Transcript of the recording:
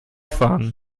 fahren